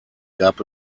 gab